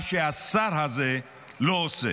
מה שהשר הזה לא עושה.